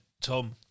Tom